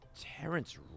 Terrence